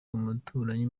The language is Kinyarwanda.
umuturanyi